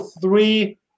three